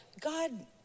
God